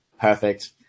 Perfect